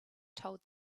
told